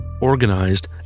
organized